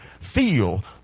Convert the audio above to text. feel